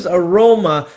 aroma